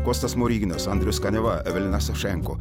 kostas smoriginas andrius kaniava evelina sašenko